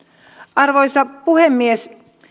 arvoisa puhemies